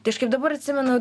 tai aš kaip dabar atsimenu